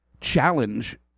challenge